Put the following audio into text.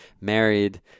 married